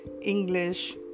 English